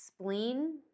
spleen